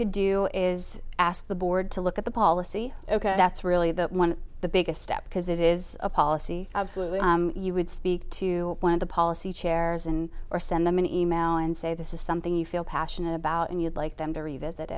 could do is ask the board to look at the policy ok that's really the one the biggest step because it is a policy absolutely you would speak to one of the policy chairs and or send them an email and say this is something you feel passionate about and you'd like them to revisit